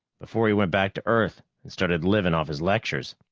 before he went back to earth and started living off his lectures.